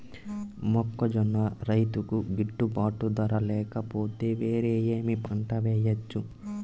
మొక్కజొన్న రైతుకు గిట్టుబాటు ధర లేక పోతే, వేరే ఏమి పంట వెయ్యొచ్చు?